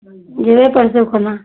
जएबै परसू खना